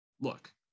look